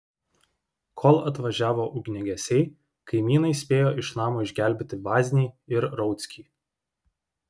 kol atvažiavo ugniagesiai kaimynai spėjo iš namo išgelbėti vaznį ir rauckį